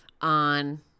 on